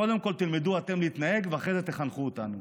קודם כול תלמדו אתם להתנהג ואחרי זה תחנכו אותנו,